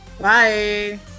Bye